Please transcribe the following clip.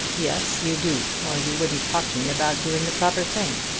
yes, you do, or you wouldn't talk to me about doing the proper thing!